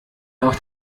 auf